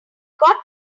got